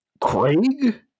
Craig